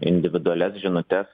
individualias žinutes